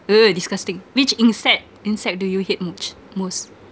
!eeyer! disgusting which insect insect do you hate most most